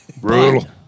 brutal